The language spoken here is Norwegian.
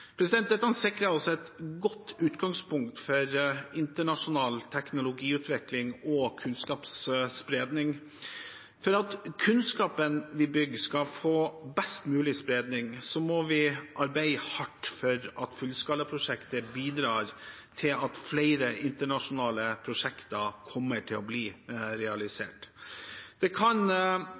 Dette har sikret oss et godt utgangspunkt for internasjonal teknologiutvikling og kunnskapsspredning. For at kunnskapen vi bygger skal få best mulig spredning, må vi arbeide hardt for at fullskalaprosjektet bidrar til at flere internasjonale prosjekter kommer til å bli realisert. Det kan